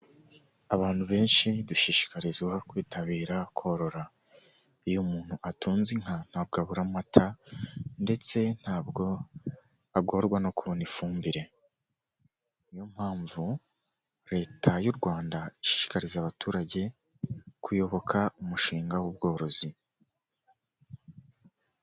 Abantu benshi dushishikarizwa kwitabira korora. Iyo umuntu atunze inka ntabwo abura amata ndetse ntabwo agorwa no kubona ifumbire niyo mpamvu leta y'u Rwanda ishishikariza abaturage kuyoboka umushinga w'ubworozi.